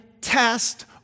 test